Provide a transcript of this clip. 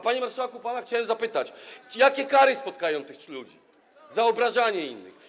Panie marszałku, pana chciałem zapytać, jakie kary spotkają tych ludzi za obrażanie innych?